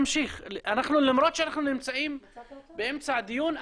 למרות שאנחנו נמצאים באמצע הדיון,